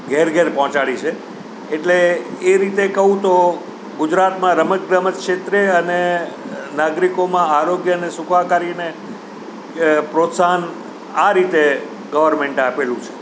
ઘરે ઘરે પહોંચાડી છે એટલે એ રીતે કહું તો ગુજરાતમાં રમત ગમત ક્ષેત્રે અને નાગરિકોમાં આરોગ્ય અને સુખાકારીને પ્રોત્સાહન આ રીતે ગવર્મેન્ટે આપેલું છે